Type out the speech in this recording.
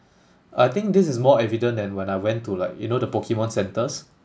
I think this is more evident than when I went to like you know the pokemon centres